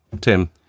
Tim